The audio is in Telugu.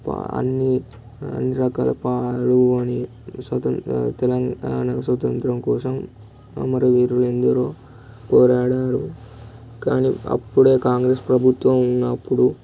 అన్ని అన్నిరకాల పాల్గొని అని స్వతంత్రం తెలంగాణ స్వంతంత్రం కోసం అమరు వీరులు ఎందరో పోరాడారు కాని అప్పుడే కాంగ్రెస్ ప్రభుత్వం ఉన్నప్పుడు